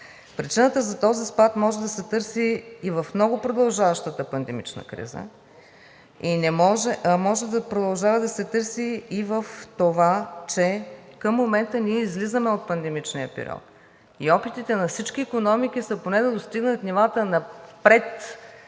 Причината за този спад може да се търси и в много продължаващата пандемична криза. Може да продължава да се търси и в това, че към момента ние излизаме от пандемичния период. Опитите на всички икономики са поне да достигнат нивата на